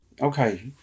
Okay